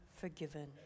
forgiven